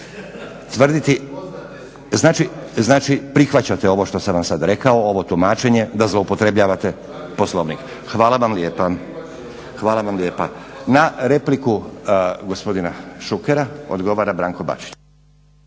Znači prihvaćate ovo što sam vam sad rekao, ovo tumačenje da zloupotrebljavate Poslovnik. Hvala vam lijepa. Na repliku gospodina Šukera odgovara Branko Bačić.